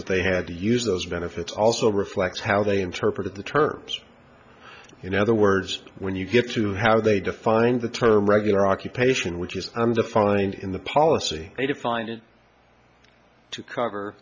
that they had to use those benefits also reflects how they interpret the terms in other words when you get to how they define the term regular occupation which is undefined in the policy they defined it to cover